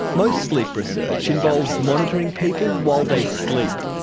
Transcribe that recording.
most sleep research involves monitoring people while they sleep.